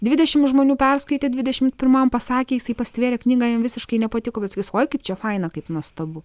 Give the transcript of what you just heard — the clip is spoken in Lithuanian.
dvidešim žmonių perskaitė dvidešimt pirmam pasakė jisai pastvėrė knygą jam visiškai nepatiko bet sakys oi kaip čia faina kaip nuostabu